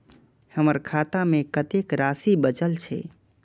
हमर खाता में कतेक राशि बचल छे?